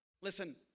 Listen